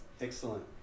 Excellent